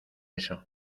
eso